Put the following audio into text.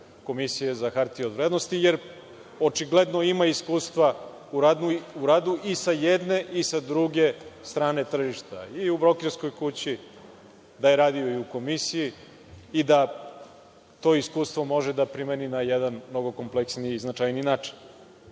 Komisije za hartije od vrednosti, jer očigledno ima iskustva u radu i sa jedne i sa druge strane tržišta, i u brokerskoj kući, da je radio i u Komisiji i da to iskustvo može da primeni na jedan mnogo kompleksniji i značajniji